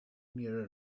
near